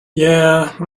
yeah